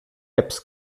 apps